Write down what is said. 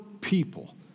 people